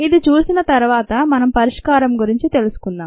ఇది చూసిన తరువాత మనం పరిష్కారం గురించి తెలుసుకుందాం